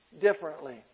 differently